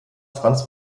franz